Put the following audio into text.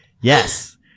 yes